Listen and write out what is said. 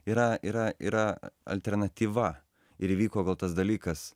yra yra yra alternatyva ir įvyko gal tas dalykas